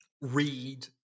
read